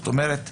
זאת אומרת,